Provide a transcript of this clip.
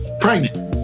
pregnant